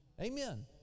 Amen